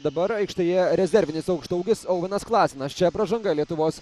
dabar aikštėje rezervinis aukštaūgis auvenas klasenas čia pražanga lietuvos